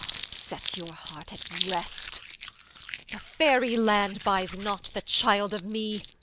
set your heart at rest the fairy land buys not the child of me.